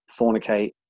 fornicate